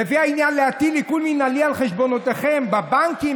ולפי העניין להטיל עיקול מינהלי על חשבונותיכם בבנקים,